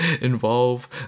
involve